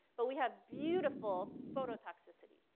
but we have beautiful phototoxicity.